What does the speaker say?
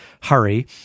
hurry